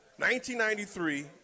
1993